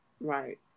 right